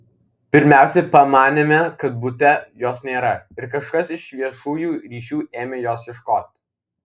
pirmiausia pamanėme kad bute jos nėra ir kažkas iš viešųjų ryšių ėmė jos ieškoti